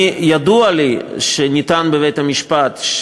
ידוע לי שנטען בבית-המשפט,